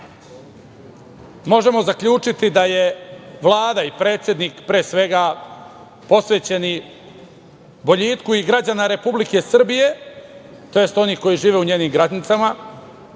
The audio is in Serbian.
možemo zaključiti da je Vlada i predsednik pre svega posvećeni boljitku i građana Republike Srbije tj. onih koji žive u njenim granicama,